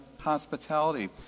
hospitality